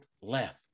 left